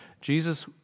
Jesus